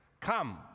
Come